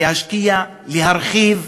להשקיע, להרחיב,